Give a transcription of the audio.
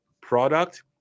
product